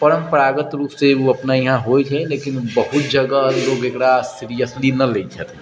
परम्परागत रूपसँ एगो अपना यहाँ होइ छै लेकिन बहुत जगह लोक एकरा सीरियसली नहि लै छथि